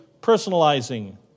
personalizing